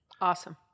Awesome